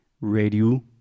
radio